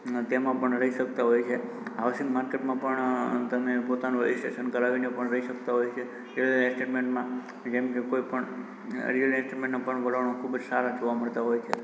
અં તેમાં પણ રહી શકતા હોય છે હાઉસિંગ માર્કેટમાં પણ તમે પોતાનું રજીસ્ટ્રેશન કરાવીને પણ રહી શકતા હોય છે એસ્ટેટમેન્ટમાં જેમકે કોઈપણ રીઅલ એસ્ટેટમાં પણ વલણો ખૂબ જ સારા જોવા મળતાં હોય છે